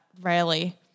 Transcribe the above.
rarely